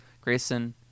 Grayson